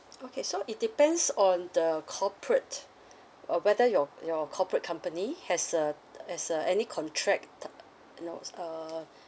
okay so it depends on the corporate or whether your your corporate company has a has a any contract t~ you know uh